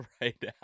right